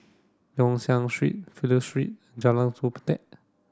Yong Siak Street Fidelio Street and Jalan